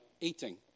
eating